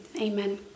Amen